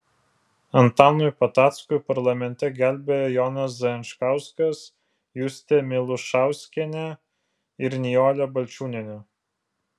antanui patackui parlamente gelbėja jonas zajančkauskas justė milušauskienė ir nijolė balčiūnienė